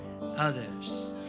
others